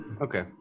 Okay